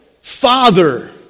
Father